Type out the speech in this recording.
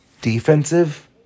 defensive